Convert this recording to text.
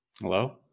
hello